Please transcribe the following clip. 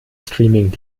streaming